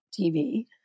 TV